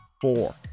four